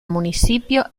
municipio